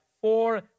Four